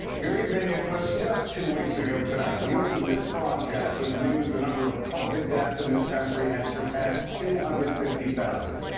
good evening. it was just two weeks ago tonight we opened this broadcast with news the number of covid deaths in this country had surpassed two hundred and fifty thousand.